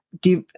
give